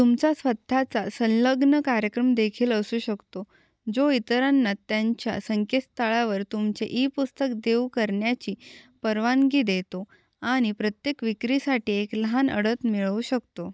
तुमचा स्वतःचा संलग्न कार्यक्रम देखील असू शकतो जो इतरांना त्यांच्या संकेत स्थळावर तुमचे ई पुस्तक देऊ करण्याची परवानगी देतो आणि प्रत्येक विक्रीसाठी एक लहान अडत मिळवू शकतो